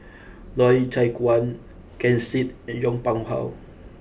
Loy Chye Chuan Ken Seet and Yong Pung How